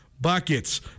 Buckets